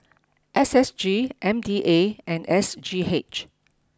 S S G M D A and S G H